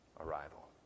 arrival